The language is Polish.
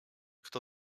kto